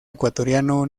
ecuatoriano